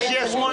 החשב הכללי,